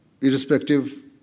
Irrespective